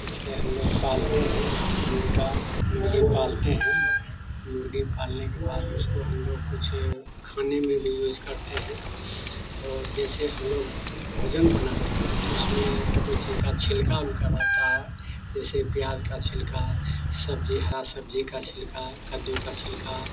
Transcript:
इसलिए हम लोग पालते हैं मुर्गा मुर्गी पालते हैं मुर्गी पालने के बाद उसको हम लोग कुछ खाने में भी यूज़ करते हैं और जैसे हम लोग भोजन बनाते हैं तो उसमें कोई चीज का छिलका ओलका रहता है जैसे प्याज का छिलका सब्जी हरा सब्जी का छिलका कद्दू का छिलका